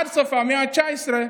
עד סוף המאה ה-19,